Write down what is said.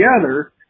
together